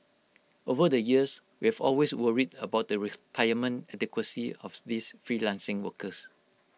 over the years we've always worried about the retirement adequacy of these freelancing workers